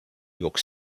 york